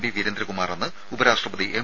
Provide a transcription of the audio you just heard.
P വീരേന്ദ്രകുമാറെന്ന് ഉപരാഷ്ട്രപതി M